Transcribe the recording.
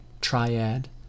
Triad